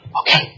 Okay